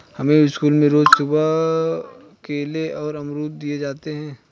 हमें स्कूल में रोज सुबह केले और अमरुद दिए जाते थे